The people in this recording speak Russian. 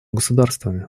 государствами